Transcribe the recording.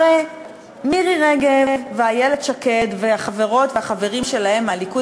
הרי מירי רגב ואיילת שקד והחברות והחברים שלהם מהליכוד